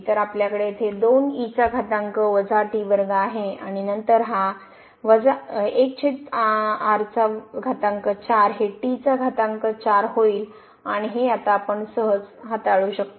तर आपल्याकडे येथे आहे आणि नंतर हा हे होईल आणि हे आता आपण सहज हाताळू शकतो